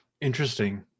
Interesting